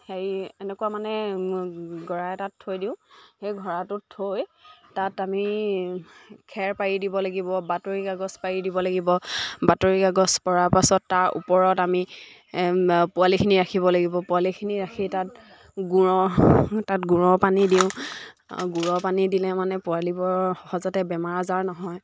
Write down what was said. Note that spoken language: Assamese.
হেৰি এনেকুৱা মানে ঘৰা এটাত থৈ দিওঁ সেই ঘৰাটোত থৈ তাত আমি খেৰ পাৰি দিব লাগিব বাতৰি কাগজ পাৰি দিব লাগিব বাতৰি কাগজ পৰাৰ পাছত তাৰ ওপৰত আমি পোৱালিখিনি ৰাখিব লাগিব পোৱালিখিনি ৰাখি তাত গুড়ৰ তাত গুড়ৰ পানী দিওঁ গুড়ৰ পানী দিলে মানে পোৱালিবোৰৰ সহজতে বেমাৰ আজাৰ নহয়